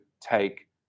take